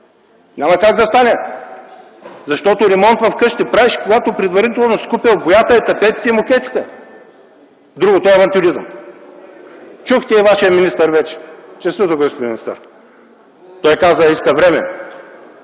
Няма как да стане! Защото ремонт вкъщи правиш, когато предварително си купил боята, тапетите и мокетите, другото е авантюризъм. Вече чухте вашия министър. Честито, господин министър! Той каза: иска време.